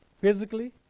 Physically